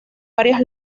varias